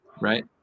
right